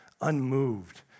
unmoved